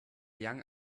young